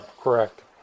Correct